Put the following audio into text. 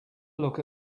look